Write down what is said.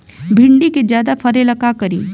भिंडी के ज्यादा फरेला का करी?